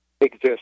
exist